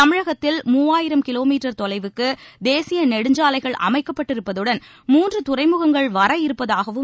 தமிழகத்தில் மூவாயிரம் kilometre தொலைவுக்கு தேசிய நெடுஞ்சாலைகள் அமைக்கப்பட்டிருப்பதுடன் மூன்று துறைமுகங்கள் வர இருப்பதாகவும் தெரிவித்தார்